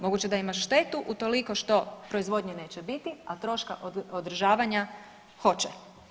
Moguće da ima štetu utoliko što proizvodnje neće biti, a troška održavanja hoće.